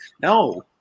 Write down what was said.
No